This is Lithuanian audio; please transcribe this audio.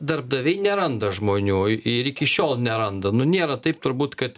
darbdaviai neranda žmonių ir iki šiol neranda nu nėra taip turbūt kad